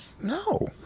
No